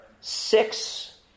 six